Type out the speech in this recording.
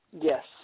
Yes